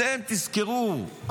תזכרו,